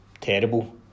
terrible